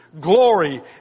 glory